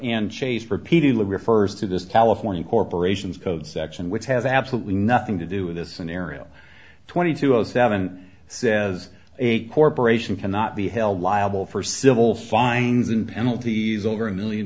and chase repeatedly refers to this california corporations code section which has absolutely nothing to do with this scenario twenty two zero seven says a corporation cannot be held liable for civil fines and penalties over a million